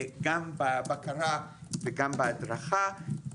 גם בבקרה וגם בהדרכה.